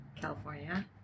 California